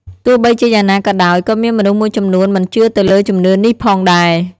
ទោះបីជាយ៉ាងណាក៏ដោយ ក៏មានមនុស្សមួយចំនួនមិនជឿទៅលើជំនឿនេះផងដែរ។